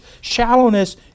shallowness